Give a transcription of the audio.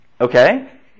Okay